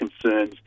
concerns